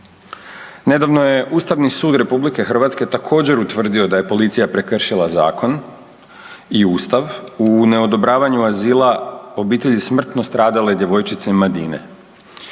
Nedavno je Ustavni sud RH također utvrdio da je policija prekršila zakon i ustav u neodobravanju azila obitelji smrtno stradale djevojčice Madine,